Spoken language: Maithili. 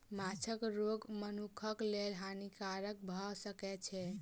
माँछक रोग मनुखक लेल हानिकारक भअ सकै छै